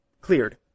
cleared